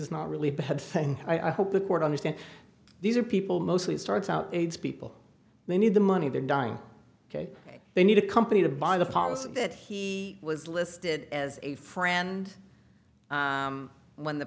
does not really bad thing i hope the court understand these are people mostly starts out aids people they need the money they're dying ok they need a company to buy the policy that he was listed as a friend when the